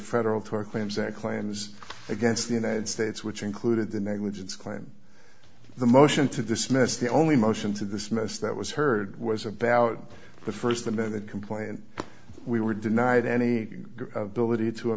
claims against the united states which included the negligence claim the motion to dismiss the only motion to dismiss that was heard was about the st amendment complaint we were denied any ability to a